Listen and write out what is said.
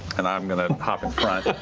and i'm going to pop in front.